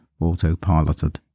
autopiloted